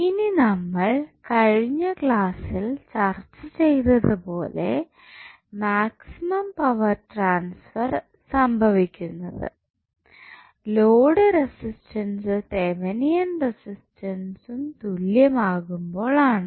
ഇനി നമ്മൾ കഴിഞ്ഞ ക്ലാസ്സിൽ ചർച്ച ചെയ്തത് പോലെ മാക്സിമം പവർ ട്രാൻഫർ സംഭവിക്കുന്നത് ലോഡ് റസിസ്റ്റൻസ് തെവനിയൻ റസിസ്റ്റൻസ്നു തുല്യം ആകുമ്പോൾ ആണ്